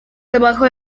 debajo